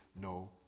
no